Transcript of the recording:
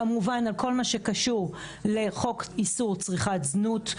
כמובן על כל מה שקשור לחוק איסור צריכת זנות,